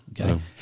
okay